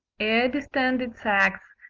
air-distended sacks,